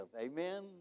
Amen